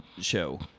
show